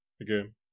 again